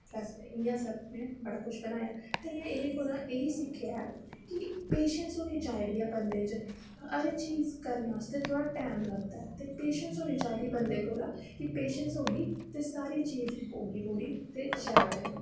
इ'यां में बड़ी कुछ बनाया ते में एह्दे कोला इ'यै सिक्खेआ कि पेशैंस होनी चाहिदी ऐ बंदे च हर चीज करन बास्तै थोह्ड़ा टाईम लगदा ऐ ते पेशैंस होनी चाहिदी ऐ बंदे कोल कि पेशैंस होगी ते सारी चीज होगी पूरी ते शैल बनग